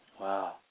Wow